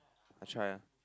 I try ah